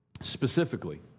Specifically